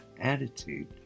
attitude